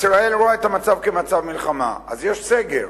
ישראל רואה את המצב כמצב מלחמה, אז יש סגר.